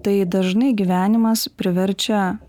tai dažnai gyvenimas priverčia